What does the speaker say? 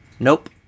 Nope